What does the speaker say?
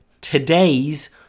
today's